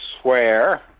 swear